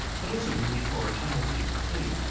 but also many poorer tamil people too.